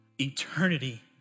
eternity